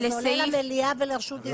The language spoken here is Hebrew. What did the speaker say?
זה עולה למליאה ולרשות דיבור?